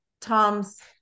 tom's